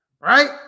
right